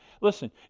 listen